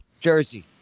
jersey